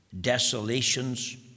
Desolations